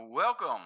Welcome